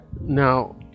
Now